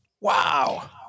Wow